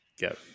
go